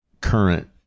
current